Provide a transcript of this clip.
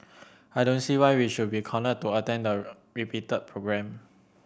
I don't see why we should be cornered to attend the repeated programme